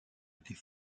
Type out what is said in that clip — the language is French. était